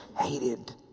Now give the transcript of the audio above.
hated